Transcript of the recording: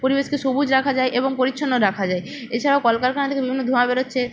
পরিবেশকে সবুজ রাখা যায় এবং পরিচ্ছন্ন রাখা যায় এছাড়াও কলকারখানা থেকে বিভিন্ন ধোঁয়া বেরোচ্ছে